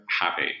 happy